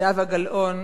זהבה גלאון